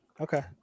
Okay